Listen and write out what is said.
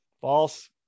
false